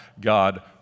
God